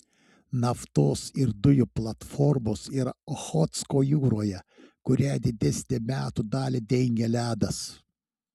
naftos ir dujų platformos yra ochotsko jūroje kurią didesnę metų dalį dengia ledas